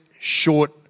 short